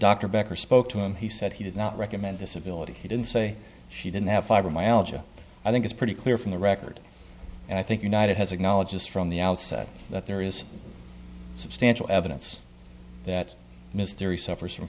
dr becker spoke to him he said he did not recommend disability he didn't say she didn't have fibromyalgia i think it's pretty clear from the record and i think united has acknowledged this from the outset that there is substantial evidence that mystery suffers from